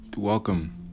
Welcome